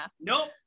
Nope